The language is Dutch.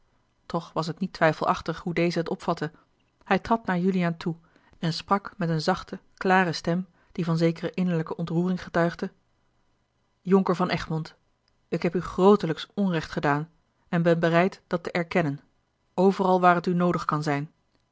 toch was het niet twijfelachtig hoe deze het opvatte hij trad naar juliaan toe en sprak met eene zachte klare stem die van zekere innerlijke ontroering getuigde jonker van egmond ik heb u grootelijks onrecht gedaan en ben bereid dat te erkennen overal waar het u noodig kan zijn